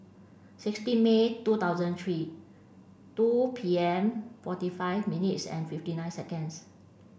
sixteen May twenty thousand three two P M forty five minutes and fifty nine seconds